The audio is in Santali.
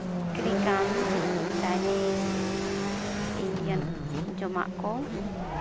ᱠᱨᱤᱠᱟᱢ ᱪᱟᱭᱱᱤᱥ ᱤᱱᱰᱤᱭᱟᱱ ᱡᱚᱢᱟᱜ ᱠᱚ